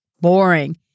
boring